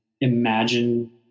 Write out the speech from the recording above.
imagine